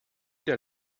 der